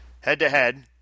head-to-head